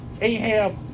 Ahab